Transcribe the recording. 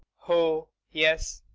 oh! yes.